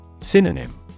Synonym